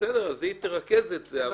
היא תרכז את זה.